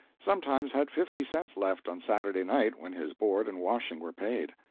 sometimes had fifty cents left on saturday night when his board and washing were paid.